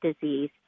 disease